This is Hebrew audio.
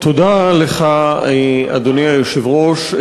תודה לך, אדוני היושב-ראש.